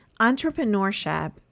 entrepreneurship